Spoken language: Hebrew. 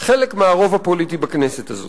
חלק מהרוב הפוליטי בכנסת הזאת.